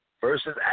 versus